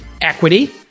equity